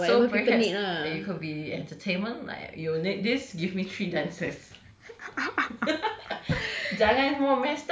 so people has it you could be entertainment like you need this give me three dances